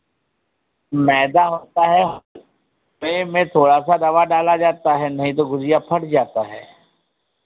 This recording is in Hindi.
मैदा होता है मैदे में थोड़ा सा रवा डाला जाता है नहीं तो गुझिया फट जाता है